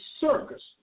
circus